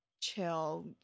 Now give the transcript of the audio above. chill